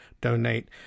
donate